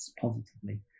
positively